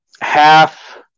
half